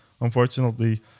Unfortunately